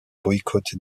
boycott